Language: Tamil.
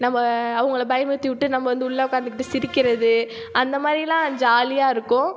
நம்ம அவங்கள பயமுறுத்திவிட்டு நம்ம வந்து உள்ளே உட்காந்துக்கிட்டு சிரிக்கிறது அந்த மாதிரியெல்லாம் ஜாலியாக இருக்கும்